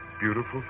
beautiful